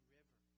River